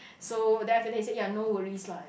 so then after that he said ya no worries lah